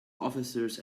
officers